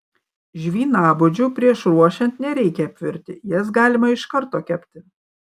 žvynabudžių prieš ruošiant nereikia apvirti jas galima iš karto kepti